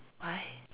why